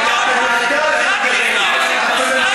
כי מבקר המדינה כתב בצורה ברורה שצריך